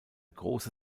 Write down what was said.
große